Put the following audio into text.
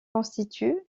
constituent